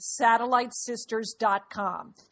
SatelliteSisters.com